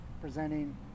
presenting